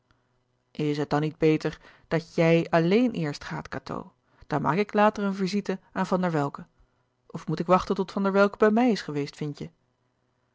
is het dan niet beter dat jij alleen eerst gaat cateau dan maak ik later een visite aan van der welcke of moet ik wachten tot van der welcke bij mij is geweest vindt je